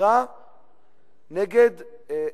חתירה נגד המדינה,